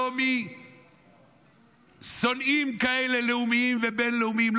לא משונאים כאלה לאומיים ובין-לאומיים,